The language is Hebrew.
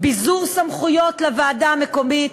ביזור סמכויות לוועדה המקומית,